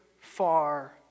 far